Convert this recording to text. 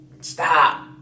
Stop